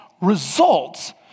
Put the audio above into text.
Results